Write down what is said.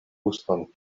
guston